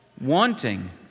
wanting